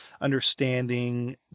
understanding